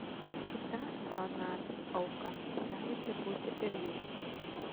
kita neonacių auka galite būti ir jūs